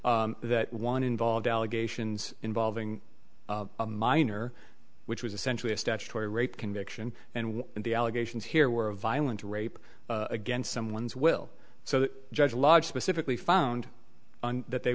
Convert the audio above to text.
that one involved allegations involving a minor which was essentially a statutory rape conviction and the allegations here were of violent rape against someone's will so that judge lodge specifically found that they